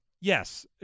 yes